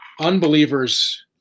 unbelievers